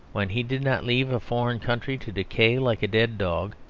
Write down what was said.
when he did not leave a foreign country to decay like a dead dog,